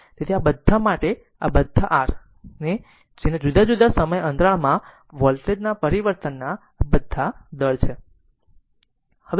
તેથી આ બધા માટે આ બધા r જેને જુદા જુદા સમય અંતરાલમાં વોલ્ટેજ ના પરિવર્તનના આ બધા દર છે